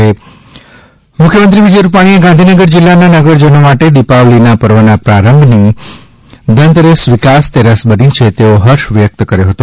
byte Amit Shah મુખ્યમંત્રી શ્રી વિજયભાઇ રૂપાણીએ ગાંધીનગર જિલ્લાના નગરજનો માટે દિપાવલીના પર્વના પ્રારંભની ધનતેરસ વિકાસતેરસ બની છે તેનો હર્ષ વ્યકત કર્યો હતો